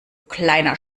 kleiner